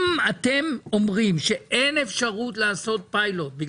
אם אתם אומרים שאין אפשרות לעשות פיילוט כי